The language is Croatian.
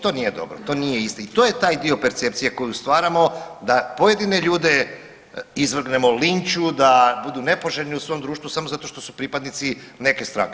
To nije dobro, to nije isti i to je taj dio percepcije koju stvaramo da pojedine ljude izvrgnemo linču, da budu nepoželjni u svom društvu, samo zato što su pripadnici neke stranke.